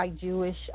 Jewish